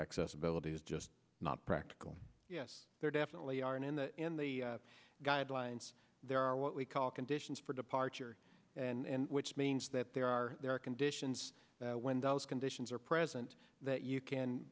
accessibility is just not practical yes there definitely are in the in the guidelines there are what we call conditions for departure and which means that there are conditions when those conditions are present that you can